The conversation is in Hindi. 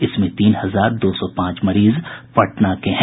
इसमें तीन हजार दो सौ पांच मरीज पटना के हैं